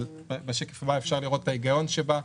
אבל בשקף הבא אפשר לראות את ההיגיון שבה,